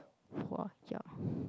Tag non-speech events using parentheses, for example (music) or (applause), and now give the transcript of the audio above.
!wah! ya (breath)